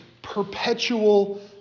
Perpetual